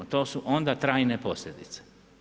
To su onda trajne posljedice.